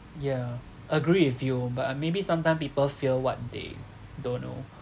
yeah agree with you but uh maybe sometime people fear what they don't know